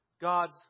God's